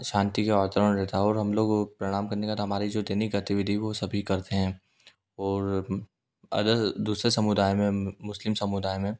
शांति का वातावरण रहता और हम लोग प्रणाम करने के बाद हमारी जो दैनिक गतिविधि वो सभी करते हैं और अदर दूसरे समुदाय में मुस्लिम समुदाय में